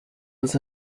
was